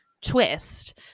twist